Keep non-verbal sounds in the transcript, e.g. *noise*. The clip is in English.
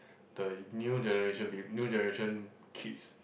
*breath* the new generation pe~ new generation kids